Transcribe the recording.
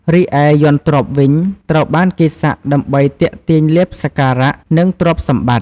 រីឯ យ័ន្តទ្រព្យ វិញ ត្រូវបានគេសាក់ដើម្បីទាក់ទាញលាភសក្ការៈ និងទ្រព្យសម្បត្តិ។